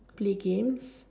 play games